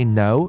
no